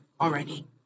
already